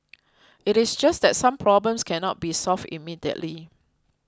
it is just that some problems cannot be solved immediately